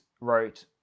wrote